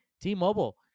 T-Mobile